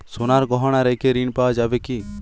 সোনার গহনা রেখে ঋণ পাওয়া যাবে কি?